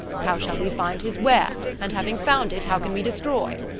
how shall we find his where and having found it, how can we destroy?